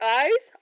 eyes